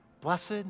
blessed